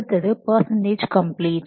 அடுத்தது percentage complete